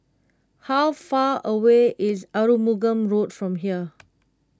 how far away is Arumugam Road from here